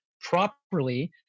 properly